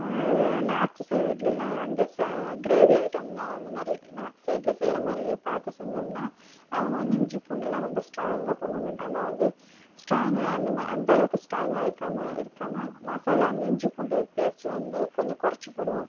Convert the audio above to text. north சைடுடெல்லாம் அந்த ச கிரேவி ஐட்டமெல்லாம் அந்தமாதிரி நார்த்து சைடில் செய்கிறமாதிரி பார்த்து செஞ்சோம்ன்னா அவங்க வந்து இஞ்சி பூண்டெல்லாம் ரொம்ப ஸ்ட்ராங்காக போடுவாங்க நம்ம வந்து ஸ்ட்ராங்காக அந்த ம அந்த அளவுக்கு ஸ்ட்ராங்காக இருக்காமல் இருக்காமல் மசாலா அந்த இஞ்சி பூண்டு பேஸ்ட்டு வந்து கொஞ்சம் கொறைச்சி போடுவோம்